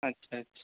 اچھا اچھا